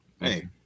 Hey